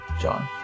John